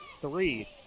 three